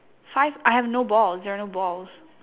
five I have no balls there are no balls